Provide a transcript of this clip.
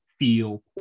feel